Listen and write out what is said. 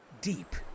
Deep